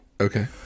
Okay